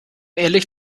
ehrlich